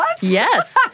Yes